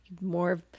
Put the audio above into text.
More